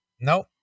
Nope